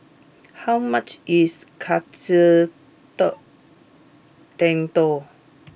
how much is Katsu door Tendon